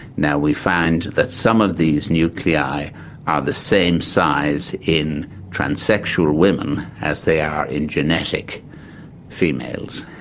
now we find that some of these nuclei are the same size in transsexual women as they are in genetic females.